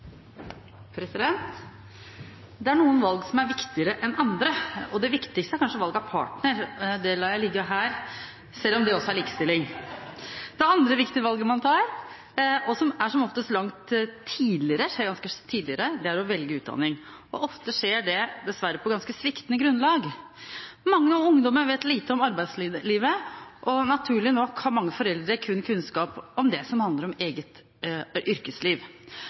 Det er noen valg som er viktigere enn andre, og det viktigste er kanskje valg av partner. Det lar jeg ligge her, selv om det også er likestilling. Det andre viktige valget man tar, skjer som oftest langt tidligere. Det er å velge utdanning, og ofte skjer det dessverre på ganske sviktende grunnlag. Mange ungdommer vet lite om arbeidslivet, og naturlig nok har mange foreldre kun kunnskap om det som handler om eget yrkesliv.